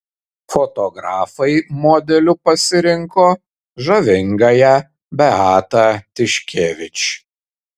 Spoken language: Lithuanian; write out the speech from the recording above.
fotografai modeliu pasirinko žavingąją beatą tiškevič